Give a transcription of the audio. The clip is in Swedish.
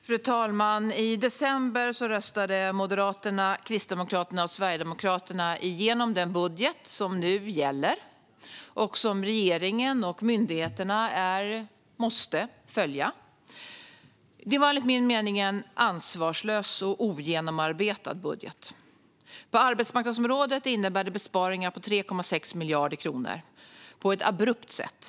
Fru talman! I december röstade Moderaterna, Kristdemokraterna och Sverigedemokraterna igenom den budget som nu gäller och som regeringen och myndigheterna måste följa. Det är enligt min mening en ansvarslös och ogenomarbetad budget. På arbetsmarknadsområdet innebär den besparingar på 3,6 miljarder kronor på ett abrupt sätt.